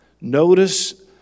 Notice